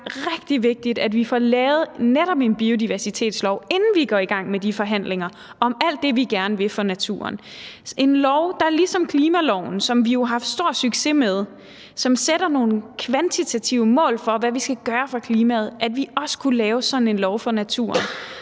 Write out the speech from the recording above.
rigtig vigtigt, at vi får lavet netop en biodiversitetslov, inden vi går i gang med de forhandlinger om alt det, vi gerne vil for naturen, en lov ligesom klimaloven – som vi jo har haft stor succes med, og som sætter nogle kvantitative mål for, hvad vi kan gøre for klimaet – altså så vi også kunne lave sådan en lov for naturen,